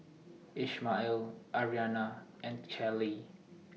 Ishmael Arianna and Callie